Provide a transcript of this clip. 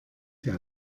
der